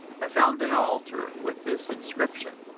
i found an altar with this inscription,